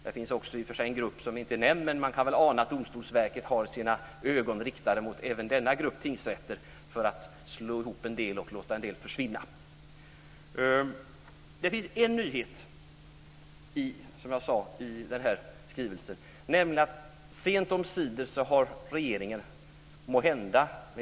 Det finns i och för sig också en grupp som inte är nämnd, men man kan ana att Domstolsverket har sina ögon riktade mot även denna grupp tingsrätter för att slå ihop en del och låta en del försvinna. Det finns en nyhet i den här skrivelsen, som jag sade.